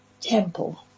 temple